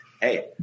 Hey